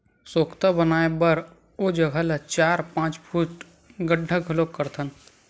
सोख्ता बनाए बर ओ जघा ल चार, पाँच फूट गड्ढ़ा घलोक करथन